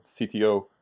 CTO